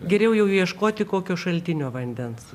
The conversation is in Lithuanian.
geriau jau ieškoti kokio šaltinio vandens